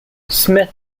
smith